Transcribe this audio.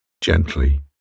Gently